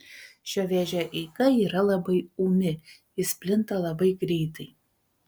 šio vėžio eiga yra labai ūmi jis plinta labai greitai